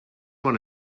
one